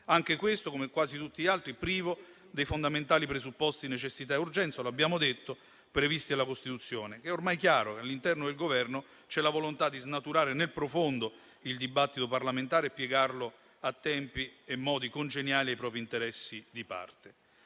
Anche questo, come quasi tutti gli altri, è privo dei fondamentali presupposti di necessità e urgenza previsti dalla Costituzione, lo abbiamo detto. È ormai chiaro che all'interno del Governo c'è la volontà di snaturare nel profondo il dibattito parlamentare e piegarlo a tempi e modi congeniali ai propri interessi di parte.